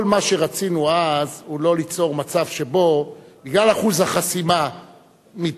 כל מה שרצינו אז הוא לא ליצור מצב שבו בגלל אחוז החסימה מתמזגים,